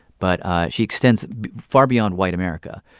but ah she extends far beyond white america.